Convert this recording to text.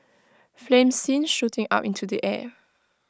flames seen shooting up into the air